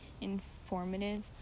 informative